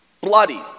bloody